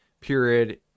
period